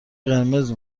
قرمز